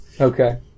Okay